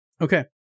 Okay